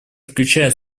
включает